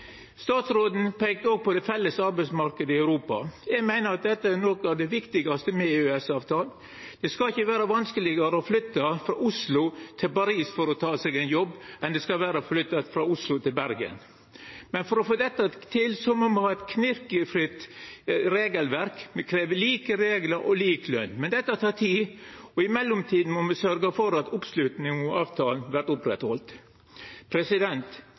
Europa. Eg meiner at dette er noko av det viktigaste med EØS-avtalen. Det skal ikkje vera vanskelegare å flytta frå Oslo til Paris for å ta seg ein jobb enn det skal vera å flytta frå Oslo til Bergen. Men for å få dette til må me ha eit knirkefritt regelverk. Me krev like reglar og lik løn, men dette tek tid. I mellomtida må me sørgja for at oppslutninga om avtalen vert